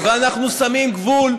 אנחנו שמים גבול,